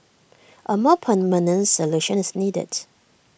A more permanent solution is needed